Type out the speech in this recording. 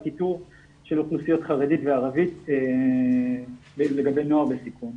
איתור של אוכלוסיות חרדית וערבית לגבי נוער בסיכון.